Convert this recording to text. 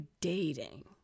dating